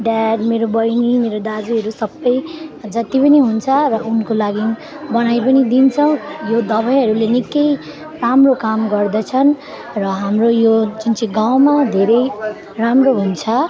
मेरो ड्याड मेरो बैनी मेरो दाजुहरू सबै जत्ति पनि हुन्छ र उनको लागि बनाई पनि दिन्छौँ यो दबाईहरूले निकै राम्रो काम गर्दछन् र हाम्रो यो जुन चाहिँ गाउँमा धेरै राम्रो हुन्छ